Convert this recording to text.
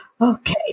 Okay